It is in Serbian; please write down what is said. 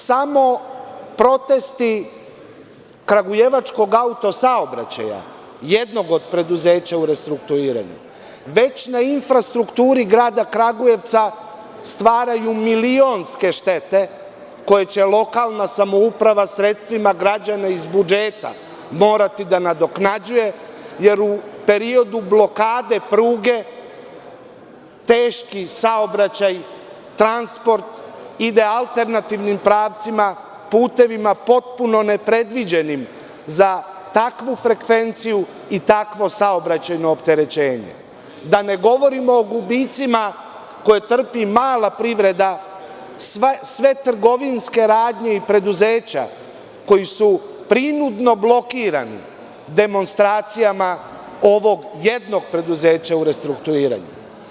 Samo protesti kragujevačkog „Autosaobraćaja“, jednog od preduzeća u restruktuiranju, već na infrastrukturi grada Kragujevca stvaraju milionske štete koje će lokalna samouprava sredstvima građana iz budžeta morati da nadoknađuje, jer u periodu blokade pruge teški saobraćaj, transport, ide alternativnim pravcima, putevima potpuno nepredviđenim za takvu frekvenciju i takvo saobraćajno opterećenje, a da ne govorimo o gubicima koje trpi mala privreda, sve trgovinske radnje i preduzeća koji su prinudno blokirani, demonstracijama ovog jednog preduzeća u restruktuiranju.